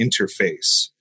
interface